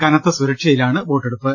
കനത്ത സുരക്ഷയിലാണ് വോട്ടെടുപ്പ്